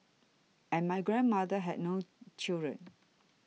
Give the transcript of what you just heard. and my grandmother had no children